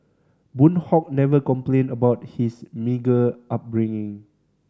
Boon Hock never complained about his meagre upbringing